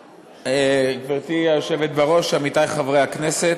גברתי היושבת בראש, עמיתי חברי הכנסת,